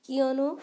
কিয়নো